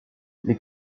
les